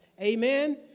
amen